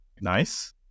Nice